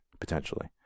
potentially